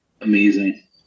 amazing